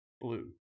blue